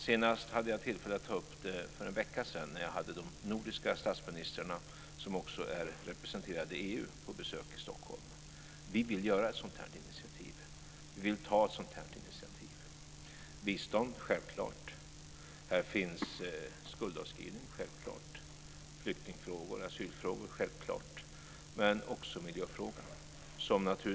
Senast hade jag tillfälle att ta upp det för en vecka sedan när jag hade de nordiska statsministrarna som också är representerade i EU på besök i Stockholm. Vi vill ta ett sådant initiativ. Det handlar självklart om bistånd. Här finns självklart skuldavskrivning, flyktingfrågor och asylfrågor och också miljöfrågor med.